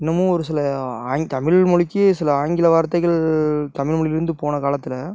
இன்னமும் ஒருசில ஆங் தமிழ்மொழிக்கு சில ஆங்கில வார்த்தைகள் தமிழ்மொழியிலேந்து போன காலத்தில்